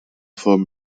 von